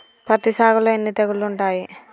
పత్తి సాగులో ఎన్ని తెగుళ్లు ఉంటాయి?